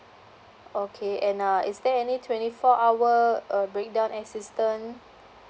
oh okay and uh is there any twenty four hour uh breakdown assistant